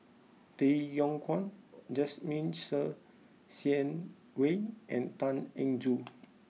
Tay Yong Kwang Jasmine Ser Xiang Wei and Tan Eng Joo